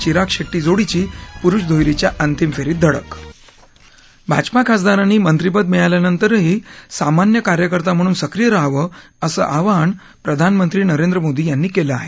चिराग शेट्टी जोडीची पुरुष दुहेरीच्या अंतिम फेरीत धडक भाजपा खासदारांनी मंत्रीपद मिळाल्यानंतरही सामान्य कार्यकर्ता म्हणून सक्रीय रहावं असं आवाहन प्रधानमंत्री नरेंद्र मोदी यांनी केलं आहे